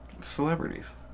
Celebrities